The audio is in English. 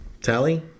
tally